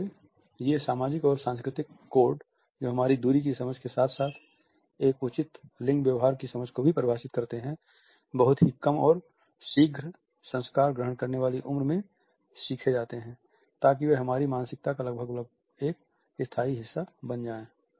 इसलिए ये सामाजिक और यह सांस्कृतिक कोड जो हमारी दूरी की समझ के साथ साथ एक उचित लिंग व्यवहार की समझ को भी परिभाषित करते हैं बहुत ही कम और शीघ्र संस्कार ग्रहण करने वाली उम्र में सीखे जाते हैं ताकि वे हमारी मानसिकता का लगभग एक स्थायी हिस्सा बन जाएं